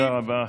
תודה רבה.